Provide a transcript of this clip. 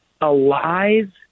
alive